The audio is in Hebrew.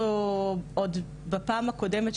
עוד בפעם הקודמת,